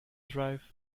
drive